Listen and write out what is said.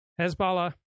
Hezbollah